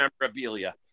memorabilia